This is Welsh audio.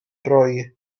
rhoi